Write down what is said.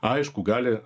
aišku gali